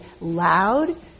loud